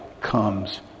comes